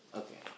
okay